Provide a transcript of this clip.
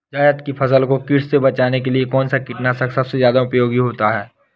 जायद की फसल को कीट से बचाने के लिए कौन से कीटनाशक सबसे ज्यादा उपयोगी होती है?